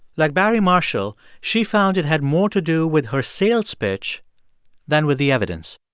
like barry marshall, she found it had more to do with her sales pitch than with the evidence